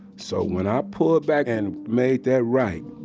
so when i pulled back and made that right,